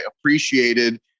appreciated